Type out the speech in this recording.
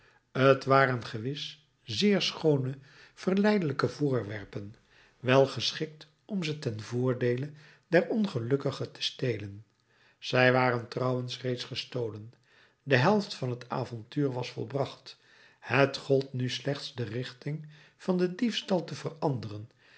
t waren gewis zeer schoone verleidelijke voorwerpen wel geschikt om ze ten voordeele der ongelukkigen te stelen zij waren trouwens reeds gestolen de helft van het avontuur was volbracht het gold nu slechts de richting van den diefstal te veranderen